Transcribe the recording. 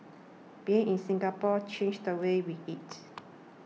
being in Singapore changed the way we eat